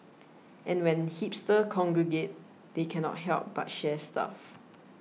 and when hipsters congregate they cannot help but share stuff